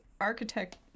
Architect